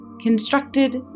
constructed